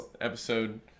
episode